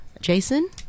Jason